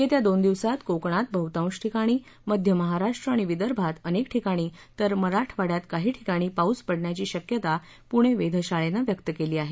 येत्या दोन दिवसात कोकणात बहतांश ठिकाणी मध्ये महाराष्ट् आणि विदर्भात अनेक ठिकाणी तर मराठवाडयात काही ठिकाणी पाऊस पडण्याची शक्यता पुणे वेधशाळेनं व्यक्त केली आहे